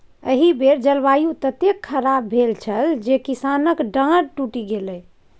एहि बेर जलवायु ततेक खराप भेल छल जे किसानक डांर टुटि गेलै